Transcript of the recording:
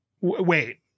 wait